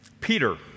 Peter